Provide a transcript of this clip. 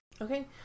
Okay